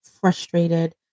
frustrated